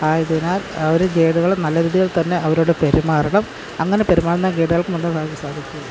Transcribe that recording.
ആയതിനാല് അവർ ഗെയ്ഡുകളും നല്ല രീതിയില് തന്നെ അവരോട് പെരുമാറണം അങ്ങനെ പെരുമാറുന്ന ഗെയ്ഡുകള്ക്ക് മുന്നേറാൻ സാധിക്കയൂള്ളൂ